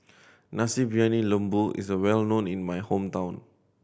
Nasi Briyani Lembu is well known in my hometown